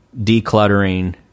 decluttering